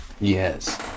Yes